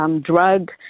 drug